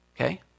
Okay